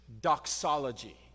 doxology